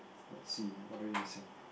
let's see what are you missing